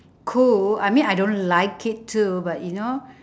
cool I mean I don't like it too but you know